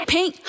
Pink